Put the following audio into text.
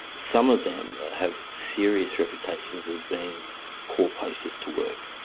some of them have serious reputations as being poor places to work,